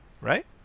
right